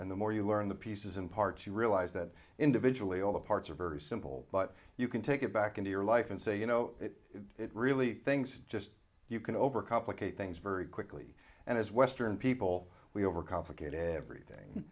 and the more you learn the pieces and parts you realize that individually all the parts are very simple but you can take it back into your life and say you know it it really things just you can overcomplicate things very quickly and as western people we overcomplicate everything